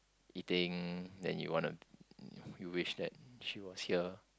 eating then you wanna you wish that she was here